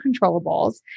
controllables